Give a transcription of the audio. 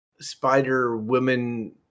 Spider-Woman